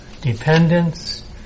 dependence